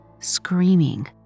screaming